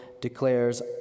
declares